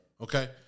Okay